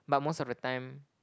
but most of the time